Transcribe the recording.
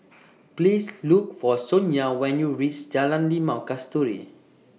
Please Look For Sonya when YOU REACH Jalan Limau Kasturi